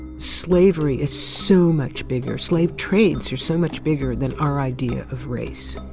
slavery is so much bigger, slave trades are so much bigger than our idea of race.